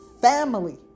family